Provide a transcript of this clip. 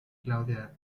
claudia